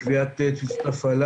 קביעה של הפעלה,